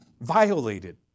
violated